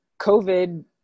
COVID